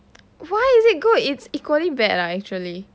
why is it good it's equally bad lah actually